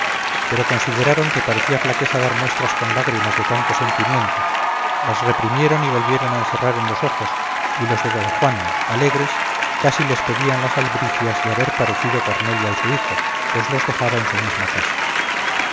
pero consideraron que parecía flaqueza dar muestras con lágrimas de tanto sentimiento las reprimieron y volvieron a encerrar en los ojos y los de don juan alegres casi les pedían las albricias de haber parecido cornelia y su hijo pues los dejaba en su misma casa